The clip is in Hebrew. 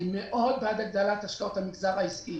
אני מאוד בעד השקעות המגזר העסקי,